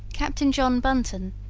captain john bunton,